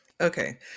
Okay